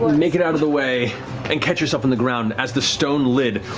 make it out of the way and catch yourself on the ground as the stone lid,